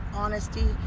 honesty